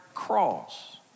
Cross